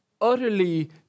utterly